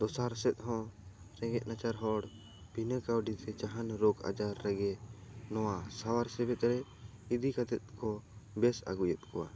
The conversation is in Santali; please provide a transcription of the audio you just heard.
ᱫᱚᱥᱟᱨ ᱥᱮᱫ ᱦᱚ ᱨᱮᱸᱜᱮᱡ ᱱᱟᱪᱟᱨ ᱦᱚᱲ ᱵᱤᱱᱟ ᱠᱟᱹᱣᱰᱤ ᱛᱮ ᱡᱟᱦᱟᱱ ᱨᱚᱜᱽ ᱟᱡᱟᱨ ᱨᱮᱜᱮ ᱱᱚᱣᱟ ᱥᱟᱶᱟᱨ ᱥᱮᱵᱮᱫ ᱨᱮ ᱤᱫᱤ ᱠᱟᱛᱮᱜᱮ ᱠᱚ ᱵᱮᱥ ᱟᱹᱜᱩᱭᱮᱫ ᱠᱚᱣᱟ ᱟᱨ